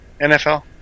NFL